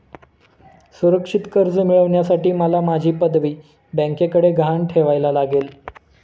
सुरक्षित कर्ज मिळवण्यासाठी मला माझी पदवी बँकेकडे गहाण ठेवायला लागेल